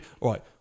Right